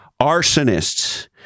arsonists